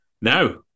Now